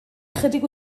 ychydig